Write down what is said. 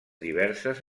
diverses